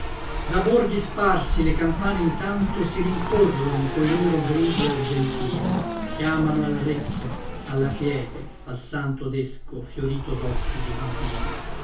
da borghi sparsi le campane in tanto si rincorron coi lor gridi argentini chiamano al rezzo alla quiete al santo desco fiorito docchi di bambini